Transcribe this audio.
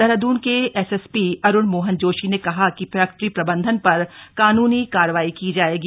देहरादून के एसएसपी अरुण मोहन जोशी ने कहा कि फैक्ट्री प्रबंधन पर कानूनी कार्रवाई की जाएगी